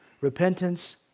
repentance